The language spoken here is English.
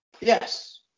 yes